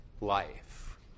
life